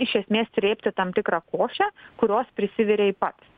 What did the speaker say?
iš esmės srėbti tam tikrą košę kurios prisivirei pats